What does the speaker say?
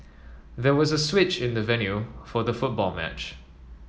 there was a switch in the venue for the football match